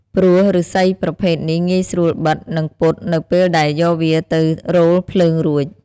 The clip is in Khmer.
ព្រោះឫស្សីប្រភេទនេះងាយស្រួលបិត និងពត់នៅពេលដែលយកវាទៅរោលភ្លើងរួច។